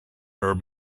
her